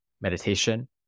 meditation